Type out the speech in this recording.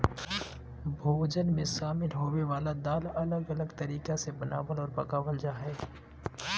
भोजन मे शामिल होवय वला दाल अलग अलग तरीका से बनावल आर पकावल जा हय